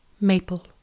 Maple